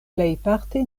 plejparte